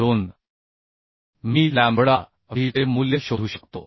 2 मी lambda VV चे मूल्य शोधू शकतो